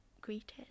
greeted